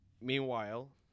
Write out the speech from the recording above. meanwhile